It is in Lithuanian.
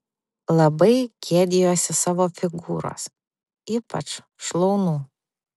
labai gėdijuosi savo figūros ypač šlaunų